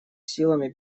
силами